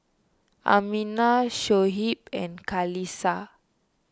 Aminah Shoaib and Qalisha